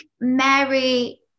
Mary